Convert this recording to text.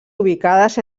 ubicades